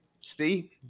steve